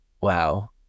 Wow